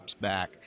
back